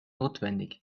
notwendig